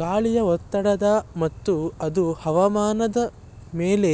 ಗಾಳಿಯ ಒತ್ತಡ ಮತ್ತು ಅದು ಹವಾಮಾನದ ಮೇಲೆ